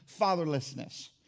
fatherlessness